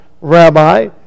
Rabbi